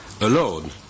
alone